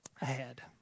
ahead